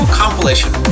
compilation